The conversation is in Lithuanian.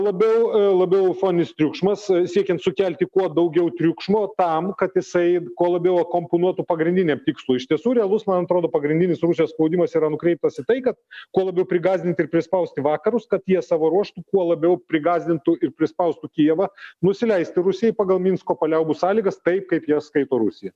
labiau labiau foninis triukšmas siekiant sukelti kuo daugiau triukšmo tam kad jisai kuo labiau akompanuotų pagrindiniam tikslui iš tiesų realus man atrodo pagrindinis rusijos spaudimas yra nukreiptas į tai kad kuo labiau prigąsdinti ir prispausti vakarus kad jie savo ruožtu kuo labiau prigąsdintų ir prispaustų kijevą nusileisti rusijai pagal minsko paliaubų sąlygas taip kaip jas skaito rusija